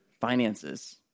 finances